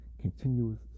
continuous